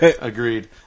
Agreed